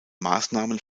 maßnahmen